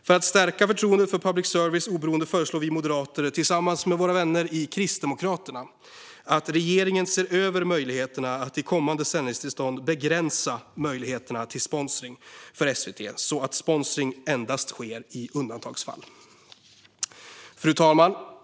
För att stärka förtroendet för public services oberoende föreslår vi moderater, tillsammans med våra vänner i Kristdemokraterna, att regeringen ser över möjligheterna att i kommande sändningstillstånd begränsa möjligheterna till sponsring för SVT så att sponsring endast sker i undantagsfall. Fru talman!